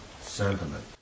sentiment